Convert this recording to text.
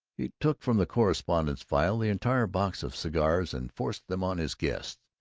he took from the correspondence-file the entire box of cigars and forced them on his guests.